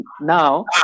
now